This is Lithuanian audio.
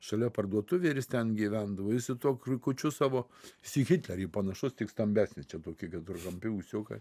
šalia parduotuvė ir is ten gyvendavo jis su tuo kriukučiu savo is į hitlerį panašus tik stambesnis čia toki trikampi ūsiukai